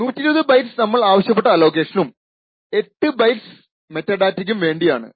120 bytes നമ്മൾ ആവശ്യപ്പെട്ട അലോക്കേഷനും 8 ബൈറ്റ്സ് മെറ്റാഡാറ്റക്കും വേണ്ടി ആണ്